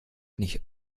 nicht